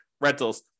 rentals